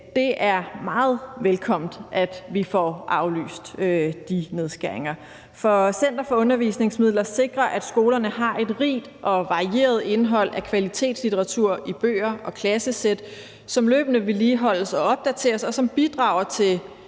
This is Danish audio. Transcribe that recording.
Det er meget velkomment, at vi får aflyst de nedskæringer, for Center For Undervisningsmidler sikrer, at skolerne har et rigt og varieret indhold af kvalitetslitteratur i form af bøger og klassesæt, som løbende vedligeholdes og opdateres, og som bidrager til